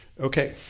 Okay